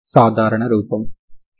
ఈ ఉత్పన్నం dK